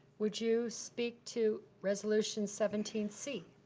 would you speak to resolution seventeen c?